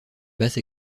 basse